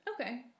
Okay